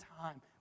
time